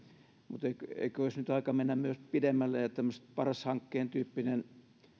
mutta eikö olisi nyt aika mennä myös pidemmälle ja ja tehdä tämmöinen paras hankkeen tyyppinen